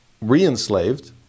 re-enslaved